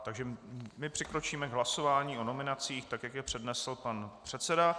Takže přikročíme k hlasování o nominacích, tak jak je přednesl pan předseda.